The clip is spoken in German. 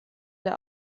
der